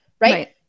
Right